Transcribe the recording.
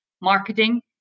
marketing